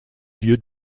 lieux